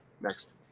next